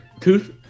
tooth